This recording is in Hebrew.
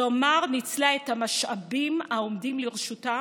כלומר, ניצלה את המשאבים העומדים לרשותה